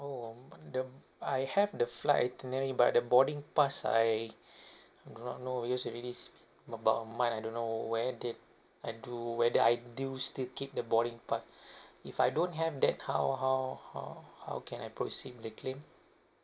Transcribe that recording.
oh the I have the flight itinerary but the boarding pass I I do not know because already it's about a month I don't know where did I do whether I do still keep the boarding pass if I don't have that how how how how can I proceed with the claim